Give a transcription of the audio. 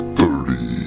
Thirty